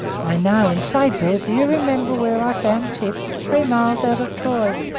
i know, and say, bill, do you remember where i found tip? three miles out of troy,